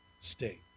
state